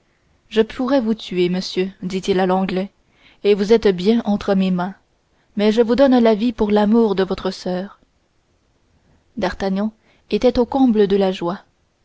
je pourrais vous tuer monsieur dit-il à l'anglais et vous êtes bien entre mes mains mais je vous donne la vie pour l'amour de votre soeur d'artagnan était au comble de la joie